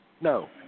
No